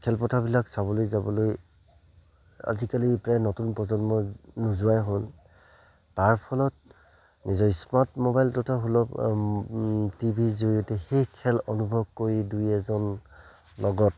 খেলপথাবিলাক চাবলৈ যাবলৈ আজিকালি প্ৰায় নতুন প্ৰজন্মই নোযোৱাই হ'ল তাৰ ফলত নিজৰ স্মাৰ্ট মোবাইলটোতে সুলভ টি ভিৰ জৰিয়তে সেই খেল অনুভৱ কৰি দুই এজনৰ লগত